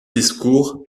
discours